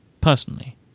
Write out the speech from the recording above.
personally